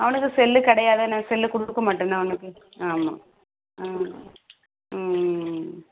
அவனுக்கு செல்லு கிடையாது நாங்கள் செல்லு கொடுக்க மாட்டோம் நான் அவனுக்கு ஆமாம் ஆ ஆ ம் ம் ம்